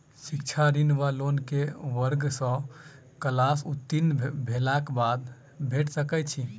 शिक्षा ऋण वा लोन केँ वर्ग वा क्लास उत्तीर्ण भेलाक बाद भेट सकैत छी?